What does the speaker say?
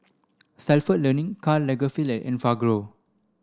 Stalford Learning Karl Lagerfeld Enfagrow